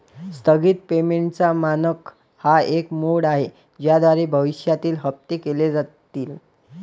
स्थगित पेमेंटचा मानक हा एक मोड आहे ज्याद्वारे भविष्यातील हप्ते केले जातील